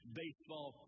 baseball